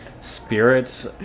spirits